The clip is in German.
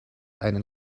einen